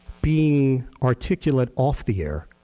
being articulate off the air.